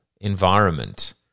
environment